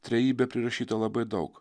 trejybę prirašyta labai daug